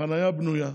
החנייה בנויה,